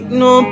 no